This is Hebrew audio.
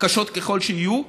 קשות ככל שיהיו,